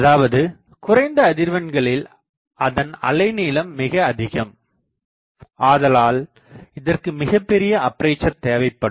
அதாவது குறைந்த அதிர்வெண்களில் அதன் அலைநீளம் மிக அதிகம் ஆதலால் இதற்கு மிகப்பெரிய அப்பேசர் தேவைப்படும்